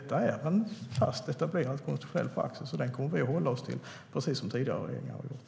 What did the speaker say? Detta är en fast, etablerad konstitutionell praxis, och den kommer vi att hålla oss till, precis som tidigare regeringar gjort.